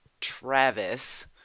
Travis